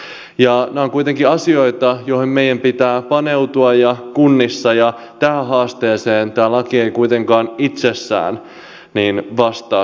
nämä ovat kuitenkin asioita joihin meidän pitää paneutua kunnissa ja tähän haasteeseen tämä laki ei kuitenkaan itsessään vastaa tai puutu